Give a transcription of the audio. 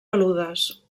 peludes